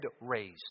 raised